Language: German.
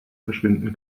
verschwinden